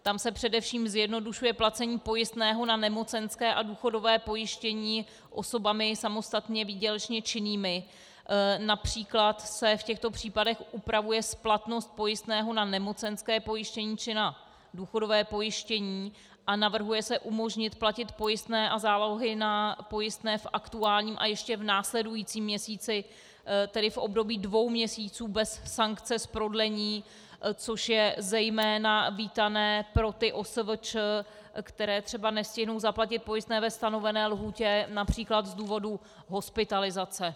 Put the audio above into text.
Tam se především zjednodušuje placení pojistného na nemocenské a důchodové pojištění osobami samostatně výdělečně činnými, například se v těchto případech upravuje splatnost pojistného na nemocenské pojištění či na důchodové pojištění a navrhuje se umožnit platit pojistné a zálohy na pojistné v aktuálním a ještě v následujícím měsíci, tedy v období dvou měsíců bez sankce z prodlení, což je zejména vítáno pro ty OSVČ, které třeba nestihnou zaplatit pojistné ve stanovené lhůtě například z důvodu hospitalizace.